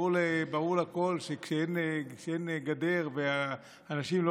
כי הרי ברור לכול שכשאין גדר ואנשים לא